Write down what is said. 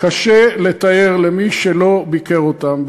קשה לתאר למי שלא ביקר אותם.